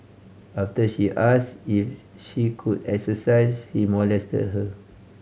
after she ask if she could exercise he molested her